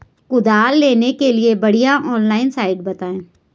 कुदाल लेने के लिए बढ़िया ऑनलाइन साइट बतायें?